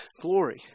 glory